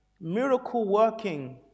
miracle-working